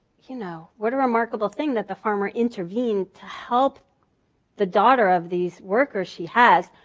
you know, what a remarkable thing that the farmer intervened to help the daughter of these workers she has.